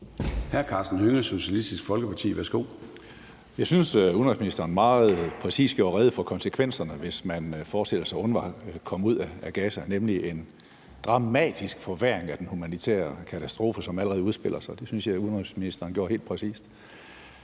Hr. Karsten Hønge, Socialistisk Folkeparti. Værsgo. Kl. 13:16 Karsten Hønge (SF): Jeg synes, udenrigsministeren meget præcist gjorde rede for konsekvenserne, hvis man forestiller sig UNRWA komme ud af Gaza, nemlig en dramatisk forværring af den humanitære katastrofe, som allerede udspiller sig. Det synes jeg at udenrigsministeren redegjorde for helt præcist.